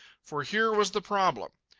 for here was the problem.